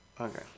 Okay